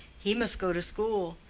he must go to school.